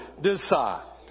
decide